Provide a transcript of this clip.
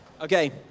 Okay